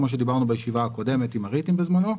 כמו שדיברנו בישיבה הקודמת עם ה-ריטים בזמנו.